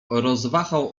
rozwahał